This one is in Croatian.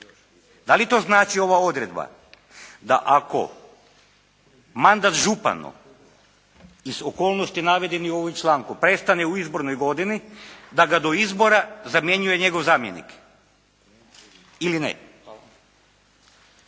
Da li to znači ova odredba da ako mandat županu iz okolnosti navedenih u ovom članku prestane u izbornoj godini da ga do izbora zamjenjuje njegov zamjenik? Ili ne?